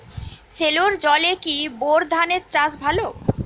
সেলোর জলে কি বোর ধানের চাষ ভালো?